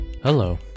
Hello